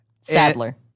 Sadler